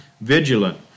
vigilant